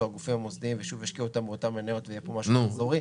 הגופים המוסדיים ושוב ישקיעו אותם באותן מניות ויהיה פה משהו מחזורי,